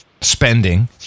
spending